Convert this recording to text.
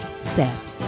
Steps